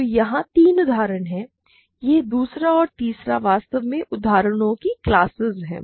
तो यहां तीन उदाहरण हैं यह दूसरा और तीसरा वास्तव में उदाहरणों की क्लासेस हैं